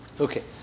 Okay